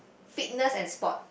fitness and sport